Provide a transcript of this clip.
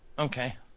Okay